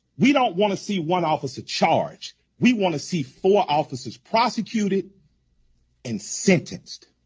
we don't want to see one officer charged we want to see four officers prosecuted and sentenced.